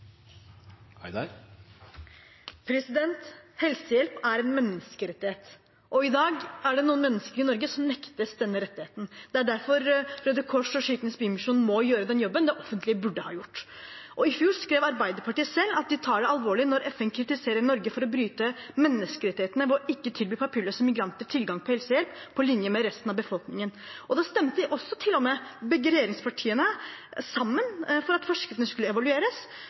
Helsehjelp er en menneskerettighet, og i dag er det noen mennesker i Norge som nektes denne rettigheten. Det er derfor Røde Kors og Kirkens Bymisjon må gjøre den jobben det offentlige burde ha gjort. I fjor skrev Arbeiderpartiet selv at de tar det alvorlig når FN kritiserer Norge for å bryte menneskerettighetene ved ikke å tilby papirløse migranter tilgang på helsehjelp på linje med resten av befolkningen. Da stemte til og med begge regjeringspartiene sammen for at forskriftene skulle evalueres,